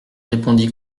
répondit